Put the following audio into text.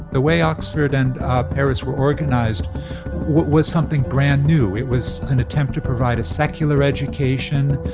the way oxford and paris were organized was something brand new. it was an attempt to provide a secular education,